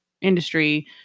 industry